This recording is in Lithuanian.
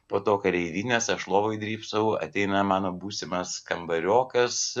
po to kareivinės aš lovoje drybsau ateina mano būsimas kambariokas